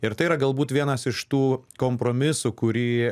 ir tai yra galbūt vienas iš tų kompromisų kurį